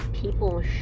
People